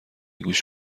گوش